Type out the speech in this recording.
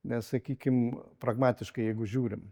nes sakykim pragmatiškai jeigu žiūrim